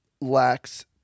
lacks